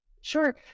Sure